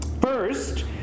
First